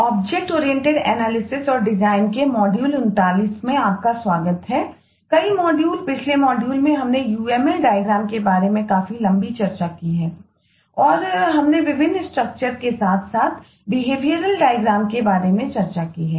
object oriented analysis और design के बारे में चर्चा की है